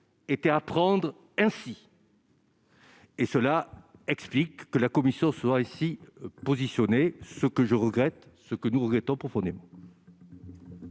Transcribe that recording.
était à prendre ainsi. Et cela explique que la commission soit ici positionné ce que je regrette ce que nous regrettons profondément.